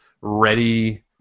ready